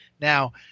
Now